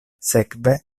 sekve